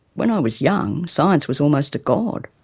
when i was young, science was almost a god.